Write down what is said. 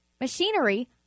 machinery